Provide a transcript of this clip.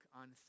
on